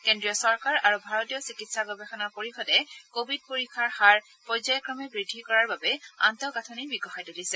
কেন্দ্ৰীয় চৰকাৰ আৰু ভাৰতীয় চিকিৎসা গৱেষণা পৰিষদে কোৱিড পৰীক্ষাৰ হাৰ পৰ্যায় ক্ৰমে বৃদ্ধি কৰাৰ বাবে আন্তঃগাঁথনি বিকশাই তুলিছে